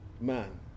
man